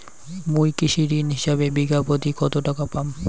মুই কৃষি ঋণ হিসাবে বিঘা প্রতি কতো টাকা পাম?